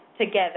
together